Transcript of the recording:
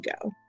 go